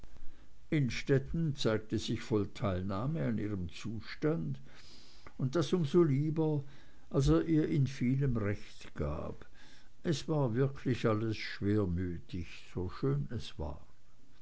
innstetten zeigte sich voll teilnahme mit ihrem zustand und das um so lieber als er ihr in vielem recht gab es war wirklich alles schwermütig so schön es war